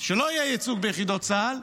שלא יהיה ייצוג ביחידות צה"ל,